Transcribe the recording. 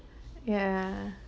yeah